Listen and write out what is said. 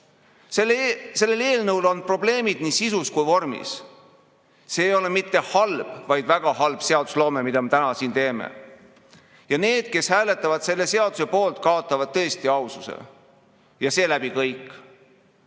Sellel eelnõul on probleemid nii sisus kui ka vormis. See ei ole mitte halb, vaid väga halb seadusloome, mida me täna siin teeme. Need, kes hääletavad selle seaduse poolt, kaotavad tõesti aususele, ja seeläbi kõik.